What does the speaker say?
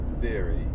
theory